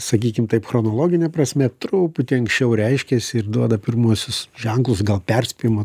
sakykim taip chronologine prasme truputį anksčiau reiškiasi ir duoda pirmuosius ženklus gal perspėjimą